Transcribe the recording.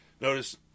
Notice